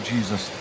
Jesus